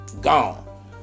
gone